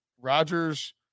Rodgers